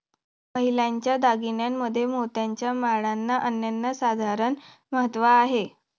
महिलांच्या दागिन्यांमध्ये मोत्याच्या माळांना अनन्यसाधारण महत्त्व आहे